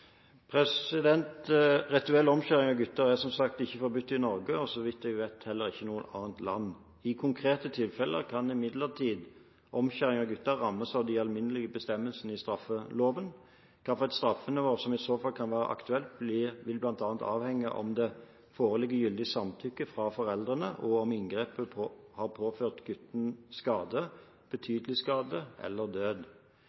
Rituell omskjæring av gutter er som sagt ikke forbudt i Norge, og så vidt jeg vet, heller ikke i noe annet land. I konkrete tilfeller kan imidlertid omskjæring av gutter rammes av de alminnelige bestemmelsene i straffeloven. Hvilket straffenivå som i så fall kan være aktuelt, vil bl.a. avhenge av om det foreligger gyldig samtykke fra foreldrene, og om inngrepet har påført gutten skade,